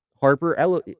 Harper